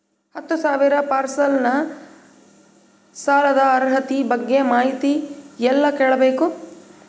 ಹತ್ತು ಸಾವಿರ ಪರ್ಸನಲ್ ಸಾಲದ ಅರ್ಹತಿ ಬಗ್ಗೆ ಮಾಹಿತಿ ಎಲ್ಲ ಕೇಳಬೇಕು?